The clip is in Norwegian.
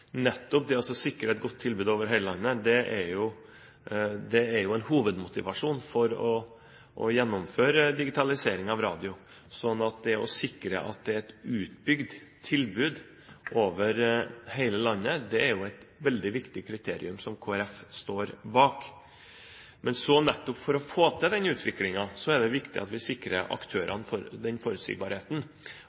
nettopp det å sikre et godt tilbud over hele landet er en hovedmotivasjon for å gjennomføre digitalisering av radio. Så det å sikre at det er et utbygd tilbud over hele landet, er et veldig viktig kriterium som Kristelig Folkeparti står bak. Men nettopp for å få til den utviklingen er det viktig at vi sikrer aktørene